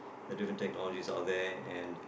the different technologies out there and